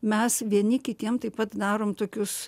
mes vieni kitiem taip pat darom tokius